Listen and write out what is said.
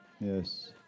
Yes